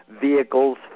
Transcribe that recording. vehicles